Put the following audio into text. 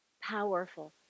powerful